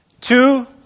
two